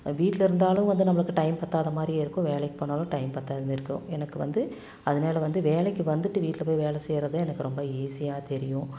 வீட்டில் இருந்தாலும் வந்து நம்பளுக்கு டைம் பத்தாத மாதிரியே இருக்கும் வேலைக்கு போனாலும் டைம் பத்தாத மாதிரியே இருக்கும் எனக்கு வந்து அதனால வந்து வேலைக்கு வந்துவிட்டு வீட்டில் போய் வேலை செய்யறது தான் எனக்கு ரொம்ப ஈஸியாக தெரியும்